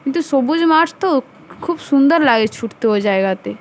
কিন্তু সবুজ মাঠ তো খুব সুন্দর লাগে ছুটতে ওই জায়গাতে